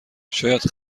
شاید